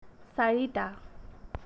চাৰিটা